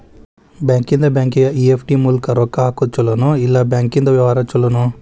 ಬ್ಯಾಂಕಿಂದಾ ಬ್ಯಾಂಕಿಗೆ ಇ.ಎಫ್.ಟಿ ಮೂಲ್ಕ್ ರೊಕ್ಕಾ ಹಾಕೊದ್ ಛಲೊನೊ, ಇಲ್ಲಾ ಬ್ಯಾಂಕಿಂದಾ ವ್ಯವಹಾರಾ ಛೊಲೊನೊ?